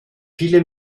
viele